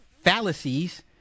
fallacies